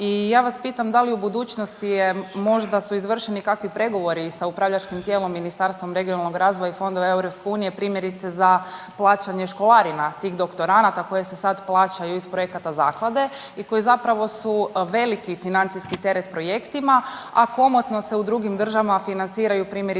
i ja vas pitam da li u budućnosti možda su izvršeni kakvi pregovori sa upravljačkim tijelom Ministarstvom regionalnog razvoja i fondova EU primjerice za plaćanje školarina tih doktoranata koje se sad plaćaju iz projekata zaklade i koji zapravo su veliki financijski teret projektima, a komotno se u drugim državama financiraju primjerice